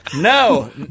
no